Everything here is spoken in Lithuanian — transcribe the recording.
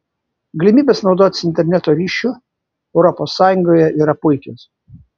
galimybės naudotis interneto ryšiu europos sąjungoje yra puikios